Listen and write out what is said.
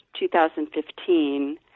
2015